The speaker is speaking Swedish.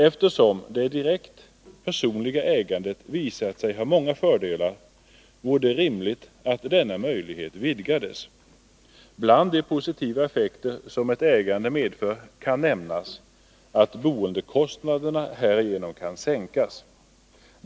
Eftersom det direkt personliga ägandet visat sig ha många fördelar vore det rimligt att denna möjlighet vidgades. Bland de positiva effekter som ett ägande medför kan nämnas att boendekostnaderna härigenom kan sänkas.